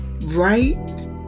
right